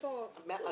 תשובה.